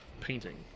painting